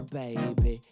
baby